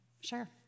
sure